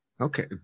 okay